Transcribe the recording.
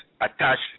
attached